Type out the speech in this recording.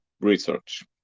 research